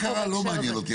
מה קרה לא מעניין אותי,